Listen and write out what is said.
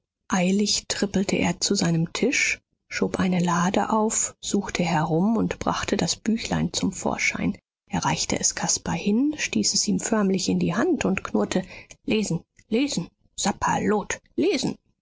eilig trippelte er zu seinem tisch schob eine lade auf suchte herum und brachte das büchlein zum vorschein er reichte es caspar hin stieß es ihm förmlich in die hand und knurrte lesen lesen sapperlot